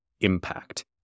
impact